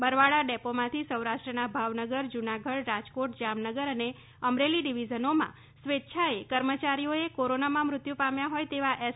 Barwala depot માંથી સૌરાષ્ટ્રના ભાવનગર જુનાગઢ રાજકોટ જામનગર અને અમરેલી ડીવીઝનોમાં સ્વેચ્છાએ કર્મચારીઓએ કોરોનમાં મૃત્યુ પામ્યા હોય તેવા એસ